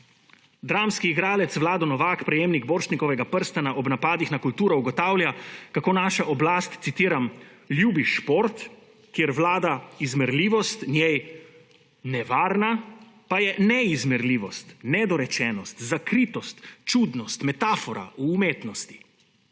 Dramski igralec Vlado Novak, prejemnik Borštnikovega prstana, ob napadih na kulturo ugotavlja, kako naša oblast, citiram, »ljubi šport, kjer vlada izmerljivost, njej nevarna pa je neizmerljivost, nedorečenost, zakritost, čudnost, metafora v umetnosti«.